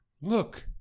look